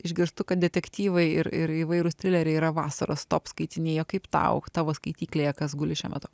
išgirstu kad detektyvai ir ir įvairūs trileriai yra vasaros top skaitiniai o kaip tau tavo skaityklėje kas guli šiuo metu